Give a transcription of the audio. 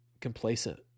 complacent